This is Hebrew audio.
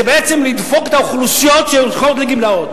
זה בעצם לדפוק את האוכלוסיות שיוצאות לגמלאות.